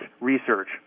research